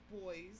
boys